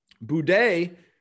Boudet